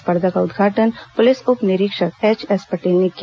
स्पर्धा का उदघाटन पुलिस उप निरीक्षक एचएस पटेल ने किया